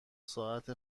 ساعت